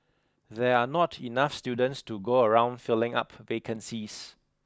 there are not enough students to go around filling up vacancies